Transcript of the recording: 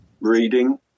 reading